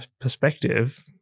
perspective